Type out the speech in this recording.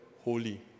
holy